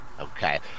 okay